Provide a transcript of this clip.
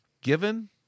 given